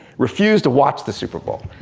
refused to watch the superbowl,